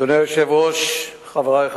1 3. אדוני היושב-ראש,